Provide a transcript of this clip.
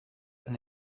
and